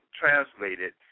translated